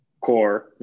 core